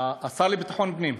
השר לביטחון פנים,